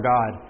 God